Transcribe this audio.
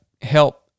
help